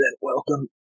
welcome